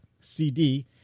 CD